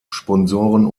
sponsoren